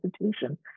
institution